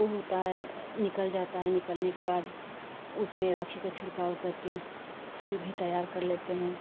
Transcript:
वह होता है निकल जाता है निकलने के बाद उसमें राखी का छिड़काव करके फूल भी तैयार कर लेते हैं